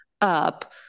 up